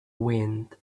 wind